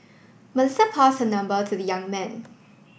Melissa pass her number to the young man